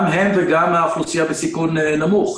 גם הם וגם האוכלוסייה בסיכון נמוך.